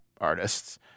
artists